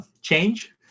change